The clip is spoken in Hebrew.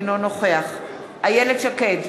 אינו נוכח איילת שקד,